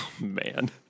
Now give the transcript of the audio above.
Man